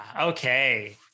Okay